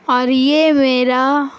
اور یہ میرا